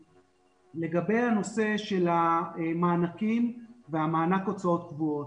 לגבי הנושא של מענקים ומענק הוצאות קבועות.